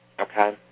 Okay